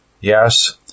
Yes